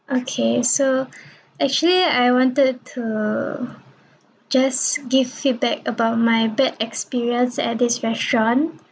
okay so actually I wanted to just give feedback about my bad experience at this restaurant